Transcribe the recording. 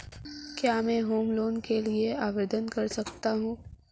क्या मैं home loan के लिए आवेदन कर सकता हूं?